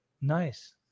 Nice